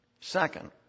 Second